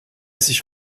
sich